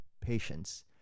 patience